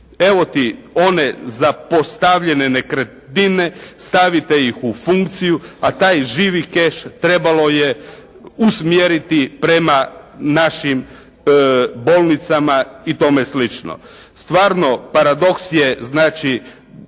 Evo ti one zapostavljene nekretnine. Stavite ih u funkciju, a taj živi keš trebalo je usmjeriti prema našim bolnicama i tome slično. Stvarno paradoks je znači